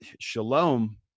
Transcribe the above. shalom